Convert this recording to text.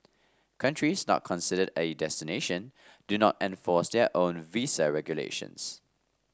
countries not considered a destination do not enforce their own visa regulations